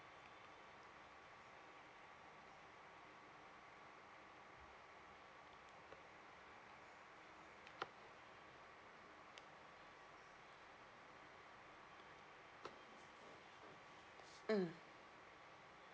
mm